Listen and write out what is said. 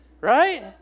Right